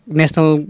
national